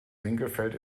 winkelfeld